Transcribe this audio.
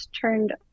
turned